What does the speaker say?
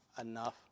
enough